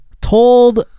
told